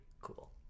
cool